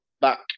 back